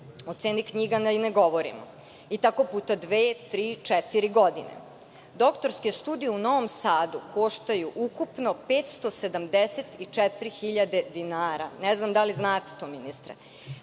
O ceni knjiga da i ne govorimo. Tako sve puta dve, tri, četiri godine. Doktorske studije u Novom Sadu koštaju ukupno 574.000 dinara, ne znam da li znate to ministre.